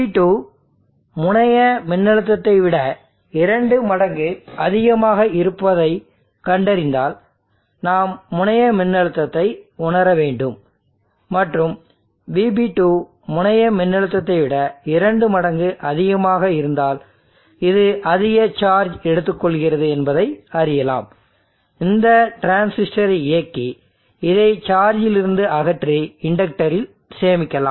VB2 முனைய மின்னழுத்தத்தை விட இரண்டு மடங்கு அதிகமாக இருப்பதைக் கண்டறிந்தால் நாம் முனைய மின்னழுத்தத்தை உணர வேண்டும் மற்றும் VB2 முனைய மின்னழுத்தத்தை விட இரண்டு மடங்கு அதிகமாக இருந்தால் இது அதிக சார்ஜ் எடுத்துக்கொள்கிறது என்பதை அறியலாம் இந்த டிரான்சிஸ்டரை இயக்கி இதை சார்ஜில் இருந்து அகற்றி இண்டக்டரில் சேமிக்கலாம்